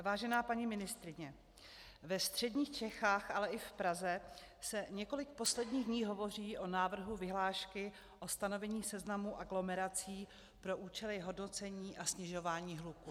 Vážená paní ministryně, ve středních Čechách, ale i v Praze se několik posledních dní hovoří o návrhu vyhlášky o stanovení seznamu aglomerací pro účely hodnocení a snižování hluku.